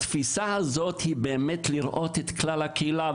התפיסה הזאת באה לראות את כלל הקהילה,